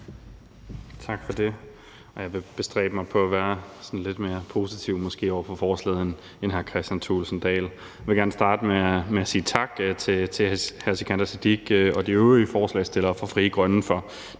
Tak for det. Jeg vil bestræbe mig på at være sådan måske lidt mere positiv over for forslaget end hr. Kristian Thulesen Dahl. Jeg vil gerne starte med at sige tak til hr. Sikandar Siddique og de øvrige forslagsstillere fra Frie Grønne for